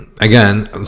again